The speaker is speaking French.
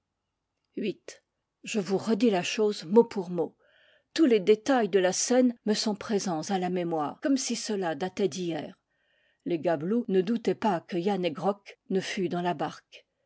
je vous redis la chose mot pour mot tous les détails de la scène me sont présents à la mémoire comme si cela datait d'hier les gabelous ne doutaient pas que yann hegrok ne fût dans la barque